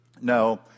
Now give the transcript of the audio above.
No